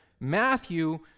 Matthew